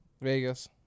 Vegas